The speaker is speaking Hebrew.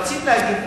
רציתי להגיד,